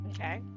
Okay